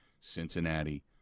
Cincinnati